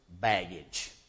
baggage